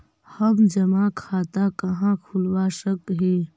हम जमा खाता कहाँ खुलवा सक ही?